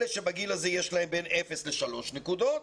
אלה שבגיל הזה יש להם בין אפס לשלוש נקודות,